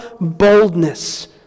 boldness